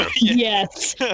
Yes